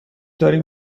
داریم